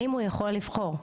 האם הוא יכול לבחור?